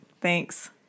Thanks